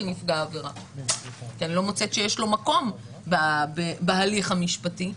נפגע עבירה כי אני לא מוצאת שיש לו מקום בהליך המשפטי,